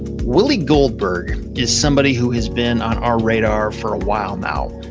willie goldberg is somebody who has been on our radar for a while now.